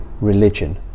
Religion